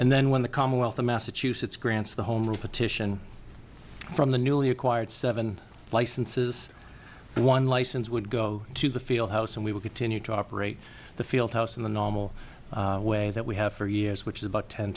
and then when the commonwealth of massachusetts grants the home a petition from the newly acquired seven licenses one license would go to the field house and we will continue to operate the field house in the normal way that we have for years which is about ten